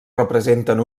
representen